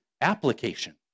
application